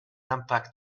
l’impact